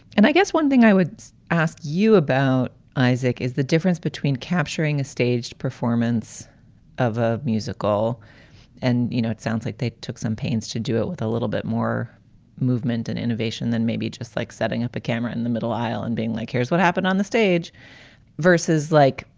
and i guess one thing i would ask you about isaac is the difference between capturing a staged performance of a musical and, you know, it sounds like they took some pains to do it with a little bit more movement and innovation than maybe just like setting up a camera in the middle aisle and being like, here's what happened on the stage versus like,